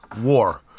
war